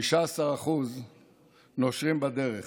15% נושרים בדרך,